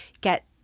get